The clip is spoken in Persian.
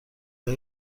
های